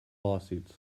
lawsuits